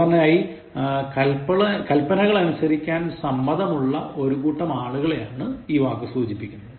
സാധാരണയായി കൽപനകൾ അനുസരിക്കാൻ സമ്മതമുള്ള ഒരുകൂട്ടം ആളുകളെയാണ് ഈ വാക്ക് സൂചിപ്പിക്കുന്നത്